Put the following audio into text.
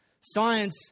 science